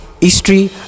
history